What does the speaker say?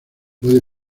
puede